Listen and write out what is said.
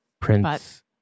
Prince